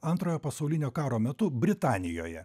antrojo pasaulinio karo metu britanijoje